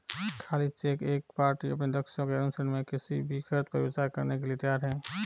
खाली चेक एक पार्टी अपने लक्ष्यों के अनुसरण में किसी भी खर्च पर विचार करने के लिए तैयार है